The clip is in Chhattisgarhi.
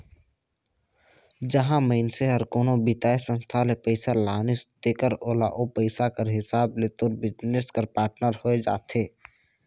जहां मइनसे हर कोनो बित्तीय संस्था ले पइसा लानिस तेकर ओला ओ पइसा कर हिसाब ले तोर बिजनेस कर पाटनर होए जाथे